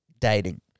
dating